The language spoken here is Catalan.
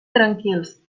tranquils